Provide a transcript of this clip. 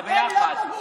זה ביחד.